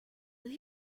will